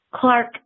Clark